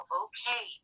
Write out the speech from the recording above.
okay